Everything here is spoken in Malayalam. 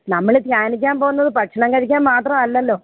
നമ്മൾ ധ്യാനിക്കാൻ പോകുന്നത് ഭക്ഷണം കഴിക്കാൻ മാത്രം അല്ലല്ലോ